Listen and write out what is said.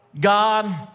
God